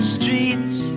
streets